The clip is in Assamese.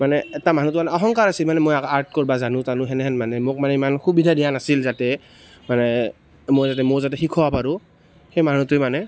মানে এটা মানুহটোৰ অহংকাৰ আছিল মই আৰ্ট কৰিব জানো জানো সেনেহেন মানে মোক মানে ইমান সুবিধা দিয়া নাছিল যাতে মানে মই যাতে ময়ো শিকাবা পাৰোঁ সেই মানুহটোৱে মানে